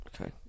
Okay